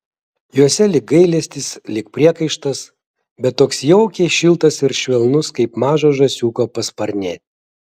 jose lyg gailestis lyg priekaištas bet toks jaukiai šiltas ir švelnus kaip mažo žąsiuko pasparnė